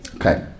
Okay